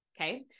Okay